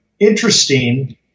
interesting